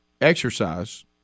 exercise